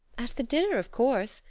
at the dinner, of course.